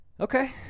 Okay